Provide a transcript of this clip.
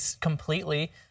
Completely